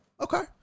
Okay